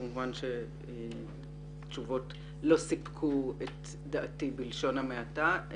כמובן שהתשובות לא סיפקו את דעתי בלשון המעטה.